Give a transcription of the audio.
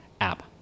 app